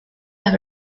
las